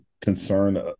concern